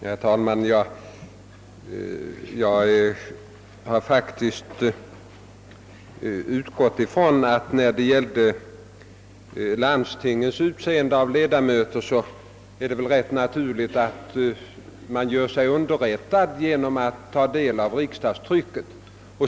Herr talman! Jag har faktiskt utgått ifrån att det beträffande landstingens val av ledamöter ändå är rätt naturligt att vederbörande gör sig underrättad genom att ta del av riksdagstrycket.